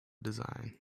design